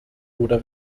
oder